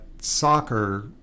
soccer